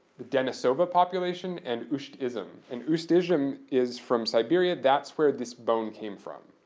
the denisova population and ust'-ishim. and ust'-ishim is from siberia, that's where this bone came from,